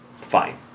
fine